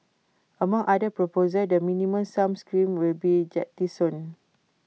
among other proposals the minimum sum scheme will be jettisoned